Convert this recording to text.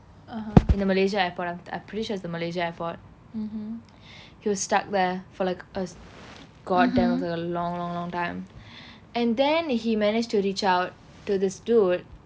in the malaysia I'm pretty sure it's the malaysia airport he was stuck there for like a god damn was like a long long long time and then he manage to reach out to this dude